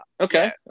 Okay